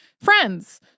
friends